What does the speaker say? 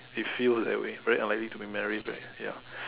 we feel that way very unlikely to be married right ya